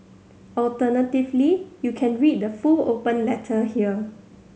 alternatively you can read the full open letter here